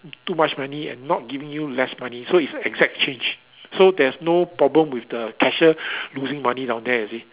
too much money and not giving you less money so is exact change so there's no problem with the cashier losing money down there you see